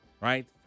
right